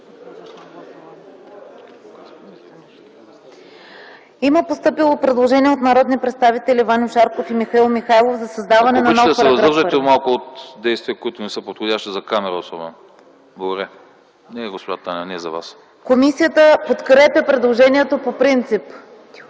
Има постъпило предложение от народните представители Ваньо Шарков и Михаил Михайлов за създаване на нов § 1. Комисията подкрепя предложението по принцип.